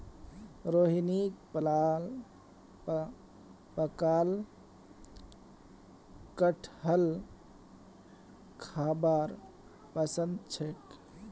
रोहिणीक पकाल कठहल खाबार पसंद छेक